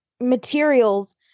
materials